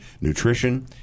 nutrition